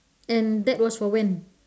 and that was for when